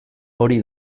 hori